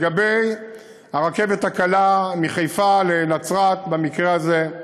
לגבי הרכבת הקלה מחיפה לנצרת, במקרה הזה,